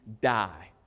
die